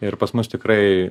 ir pas mus tikrai